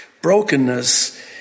Brokenness